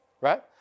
Right